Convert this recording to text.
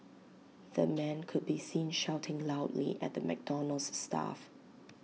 the man could be seen shouting loudly at the McDonald's staff